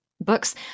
Books